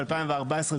ב-2014,